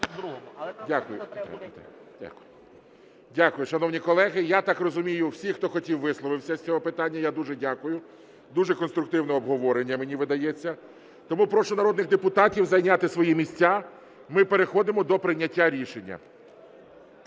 Дякую. Шановні колеги, я так розумію, всі, хто хотів, висловились з цього питання. Я дуже дякую, дуже конструктивне обговорення, мені видається. Тому прошу народних депутатів зайняти свої місця, ми переходимо до прийняття рішення.